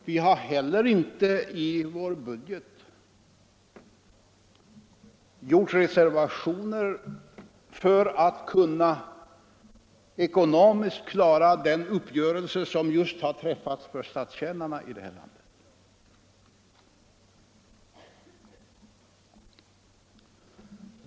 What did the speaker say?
Vi har heller inte i vår budget gjort reservationer för att kunna ekonomiskt klara den uppgörelse som just har träffats för statstjänarna i det här landet.